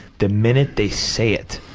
the minute they say it,